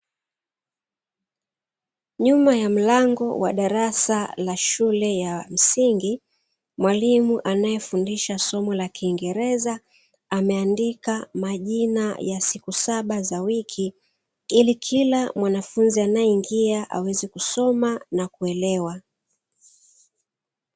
Nyuma ya mlango wa darasa la shule ya msingi, mwalimu anayefundisha somo la kingereza ameandika majina ya siku saba za wiki, ili kila mwanafunzi anayeingia aweze kusoma na kuelewa.